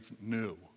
new